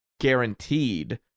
guaranteed